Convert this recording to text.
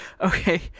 okay